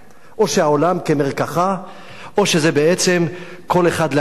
או שהעולם כמרקחה או שבעצם כל אחד לעצמו,